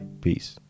Peace